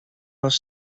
was